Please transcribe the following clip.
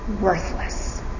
worthless